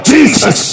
Jesus